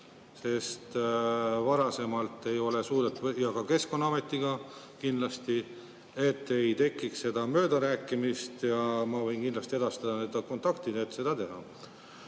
sest varasemalt ei ole seda suudetud, ja Keskkonnaametiga kindlasti, et ei tekiks seda möödarääkimist. Ma võin kindlasti edastada kontaktid, et seda teha. Aga